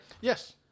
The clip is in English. Yes